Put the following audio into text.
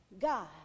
God